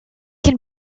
can